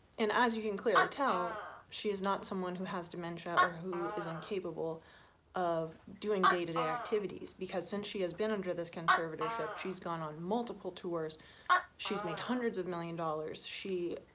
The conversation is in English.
and as you can clearly tell she is not someone who has dementia or who is uncapable of doing day-to-day activities because since she has been under this conservatorship she's gone on multiple tours she's made hundreds of million dollars she